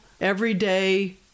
everyday